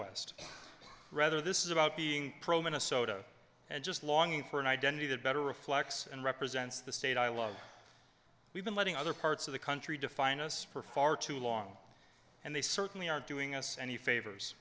west rather this is about being pro minnesota and just longing for an identity that better reflects and represents the state i love we've been letting other parts of the country define us for far too long and they certainly aren't doing us any favors